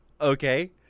okay